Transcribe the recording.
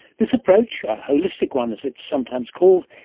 this approach, a holistic one as it's sometimes called,